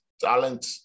talent